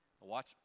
Watch